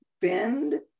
bend